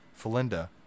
Felinda